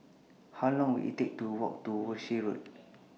How Long Will IT Take to Walk to Walshe Road